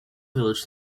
village